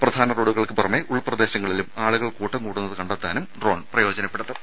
പ്രധാന റോഡുകൾക്ക് പുറമെ ഉൾപ്രദേശങ്ങളിലും ആളുകൾ കൂട്ടം കൂടുന്നത് കണ്ടെത്താനും ഡ്രോൺ പ്രയോജനപ്പെടുത്തും